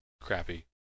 crappy